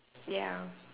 ya